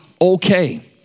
okay